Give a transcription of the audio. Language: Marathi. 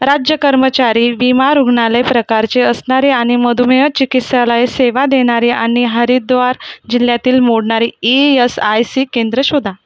राज्य कर्मचारी विमा रुग्णालय प्रकारची असणारी आणि मधुमेह चिकित्सालय सेवा देणारी आणि हरिद्वार जिल्ह्यातील मोडणारी ई यस आय सी केंद्र शोधा